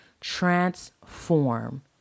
transform